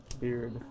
Beard